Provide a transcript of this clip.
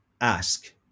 ask